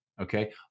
Okay